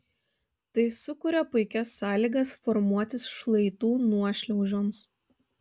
tai sukuria puikias sąlygas formuotis šlaitų nuošliaužoms